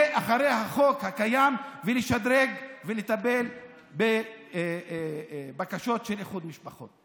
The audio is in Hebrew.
אחרי החוק הקיים ולשדרג ולטפל בבקשות לאיחוד משפחות.